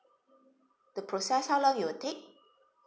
to process how long it will take